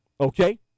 Okay